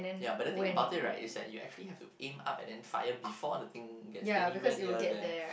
ya but the thing about it right is that you actually have to aim up and then fire before the thing gets anywhere near there